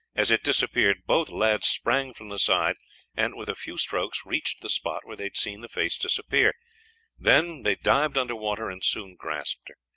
as it disappeared, both lads sprang from the side and with a few strokes reached the spot where they had seen the face disappear then they dived under water and soon grasped her.